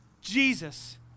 Jesus